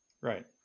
Right